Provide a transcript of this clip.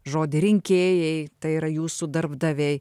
žodį rinkėjai tai yra jūsų darbdaviai